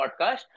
podcast